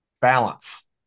Balance